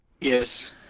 Yes